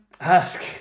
ask